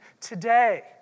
today